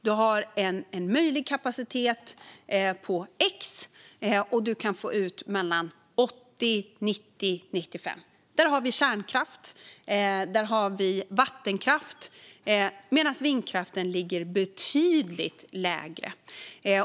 Du har en möjlig kapacitet på x, och du kan få ut 80, 90 eller 95 procent. Där har vi kärnkraft och vattenkraft, medan vindkraften ligger betydligt lägre.